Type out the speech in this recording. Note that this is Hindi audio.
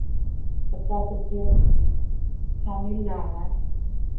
बच्चा सबके शिक्षा मिल रहा है